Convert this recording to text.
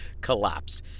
collapsed